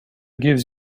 gives